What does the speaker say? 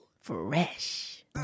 Fresh